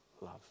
love